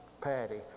Patty